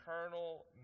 eternal